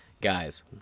Guys